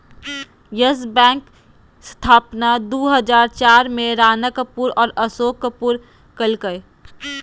yes Bank स्थापना दू हजार चार में राणा कपूर और अशोक कपूर कइलकय